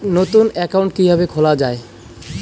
নতুন একাউন্ট কিভাবে খোলা য়ায়?